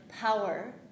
power